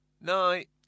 Night